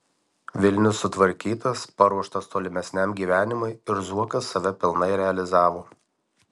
vilnius sutvarkytas paruoštas tolimesniam gyvenimui ir zuokas save pilnai realizavo